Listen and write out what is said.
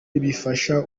bifasha